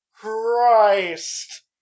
Christ